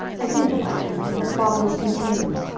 i didn't fire him, and the problems continued.